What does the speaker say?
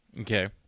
Okay